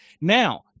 now